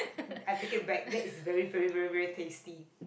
I take it back that is very very very tasty